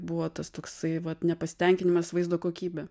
buvo tas toksai vat nepasitenkinimas vaizdo kokybe